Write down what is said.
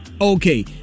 okay